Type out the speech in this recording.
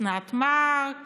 אוסנת מארק